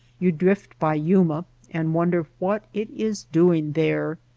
you drift by yuma and wonder what it is doing there.